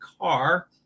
car